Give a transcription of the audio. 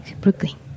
Brooklyn